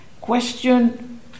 Question